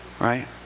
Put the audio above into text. Right